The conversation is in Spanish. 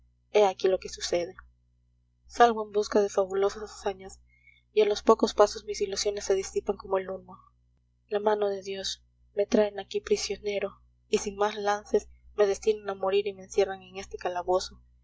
aquí lo que sucede salgo en busca de fabulosas hazañas y a los pocos pasos mis ilusiones se disipan como el humo la mano de dios me traen aquí prisionero y sin más lances me destinan a morir y me encierran en este calabozo